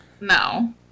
no